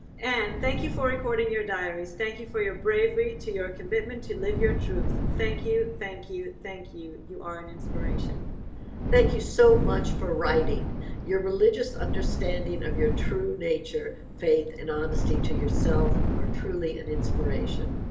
and thank you for recording your diaries. thank you for your bravery to your commitment to live your truth. thank you. thank you thank you. you are an inspiration thank you so much for writing your religious understanding of your true nature faith and honesty to yourself are truly an inspiration.